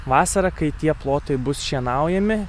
vasarą kai tie plotai bus šienaujami